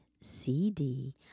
CD